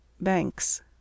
Banks